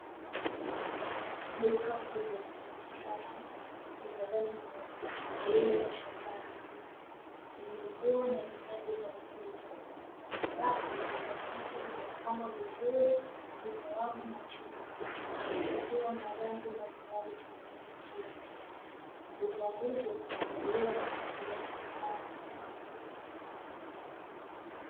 Duka kubwa la kisasa lenye rangi nyeupe, lililowashwa taa. Lenye nguo na vinyago vya watoto, ambapo bidhaa hizo zimepangwa vizuri, kwenye wavu na chuma, zikiwa na rangi mbalimbali zinazovutia. Bidhaa hizo hununuliwa na wateja mbalimbali.